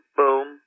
boom